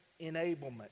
enablement